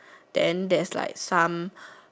then there's like some